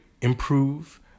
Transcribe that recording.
improve